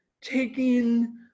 taking